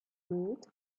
mood